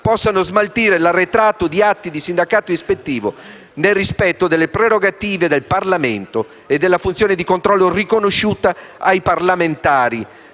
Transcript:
possano smaltire l'arretrato di atti di sindacato ispettivo, nel rispetto delle prerogative del Parlamento e della funzione di controllo riconosciuta ai parlamentari,